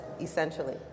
essentially